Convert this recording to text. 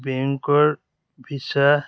বেংকৰ ভিছা